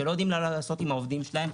שלא יודעים מה לעשות עם העובדים שלהם.